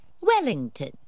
Wellington